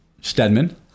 Stedman